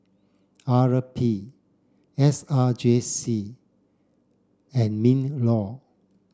R P S R J C and MINLAW